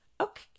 Okay